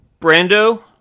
Brando